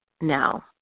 now